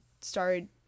started